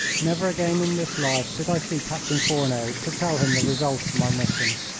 never again in this life did i see captain fourneau to tell him the result of my mission.